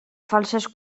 falses